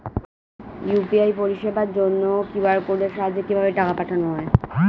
UPI পরিষেবার জন্য QR কোডের সাহায্যে কিভাবে টাকা পাঠানো হয়?